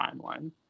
timeline